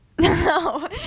No